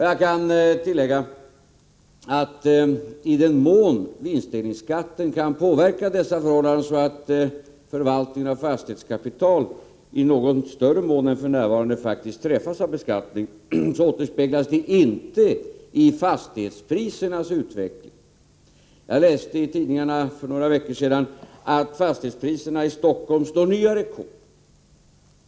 Jag kan tillägga att i den mån vinstdelningsskatten kan påverka dessa förhållanden så att förvaltning av fastighetskapital i större utsträckning än f.n. faktiskt träffas av beskattning, återspeglas det inte i fastighetsprisernas utveckling. Jag läste i tidningarna för några veckor sedan att fastighetspriserna i Stockholm slår nya rekord.